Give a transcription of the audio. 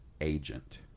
Agent